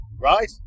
Right